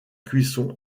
cuisson